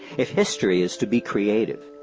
if history is to be creative,